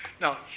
Now